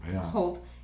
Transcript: hold